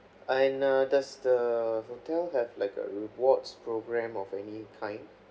and uh does the hotel have like a rewards programme of any kind